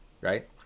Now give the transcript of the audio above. right